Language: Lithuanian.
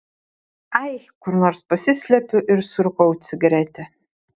ai kur nors pasislepiu ir surūkau cigaretę